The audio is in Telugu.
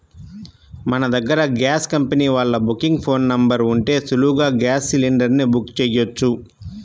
మన దగ్గర గ్యాస్ కంపెనీ వాళ్ళ బుకింగ్ ఫోన్ నెంబర్ ఉంటే సులువుగా గ్యాస్ సిలిండర్ ని బుక్ చెయ్యొచ్చు